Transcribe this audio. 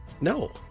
No